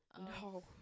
No